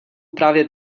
právě